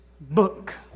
book